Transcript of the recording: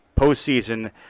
postseason